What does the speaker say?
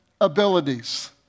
abilities